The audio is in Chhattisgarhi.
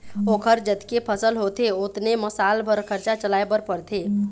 ओखर जतके फसल होथे ओतने म साल भर खरचा चलाए बर परथे